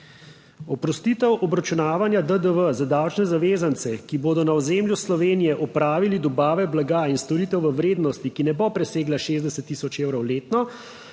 Oprostitev obračunavanja DDV za davčne zavezance, ki bodo na ozemlju Slovenije opravili dobave blaga in storitev v vrednosti, ki ne bo presegla 60 tisoč evrov letno,